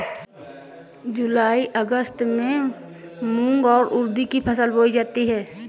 जूलाई अगस्त में मूंग और उर्द की फसल बोई जाती है